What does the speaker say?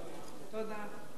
תודה.